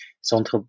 Centre